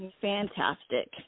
Fantastic